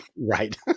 right